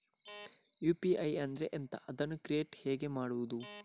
UPI ಅಂದ್ರೆ ಎಂಥ? ಅದನ್ನು ಕ್ರಿಯೇಟ್ ಹೇಗೆ ಮಾಡುವುದು?